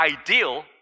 ideal